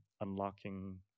unlocking